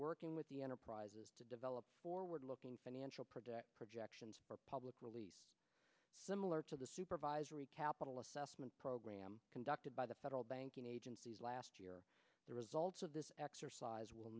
working with the enterprises to develop forward looking financial projections for public release similar to the supervisory capital assessment program conducted by the federal banking agencies last year the results of this exercise will